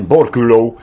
Borculo